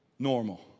normal